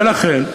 ולכן,